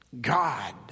God